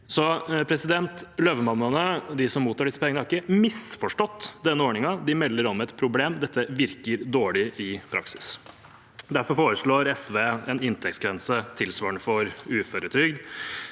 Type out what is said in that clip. inntekt. Løvemammaene og de som mottar disse pengene, har ikke misforstått denne ordningen – de melder om et problem. Dette virker dårlig i praksis. Derfor foreslår SV en inntektsgrense tilsvarende som for uføretrygd,